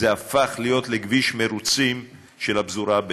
זה הפך להיות לכביש מרוצים של הפזורה הבדואית.